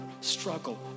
struggle